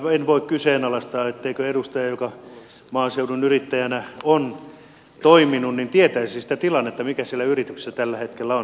en voi kyseenalaistaa etteikö edustaja joka maaseudun yrittäjänä on toiminut tietäisi sitä tilannetta mikä siellä yrityksessä tällä hetkellä on